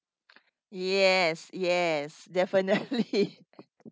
yes yes definitely